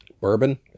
bourbon